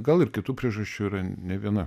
gal ir kitų priežasčių yra ne viena